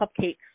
cupcakes